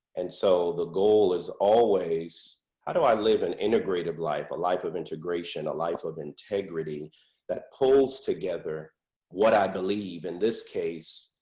and so the goal is always how do i live an integrative life, a life of integration, a life of integrity that pulls together what i believe, in this case,